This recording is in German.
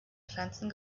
pflanzen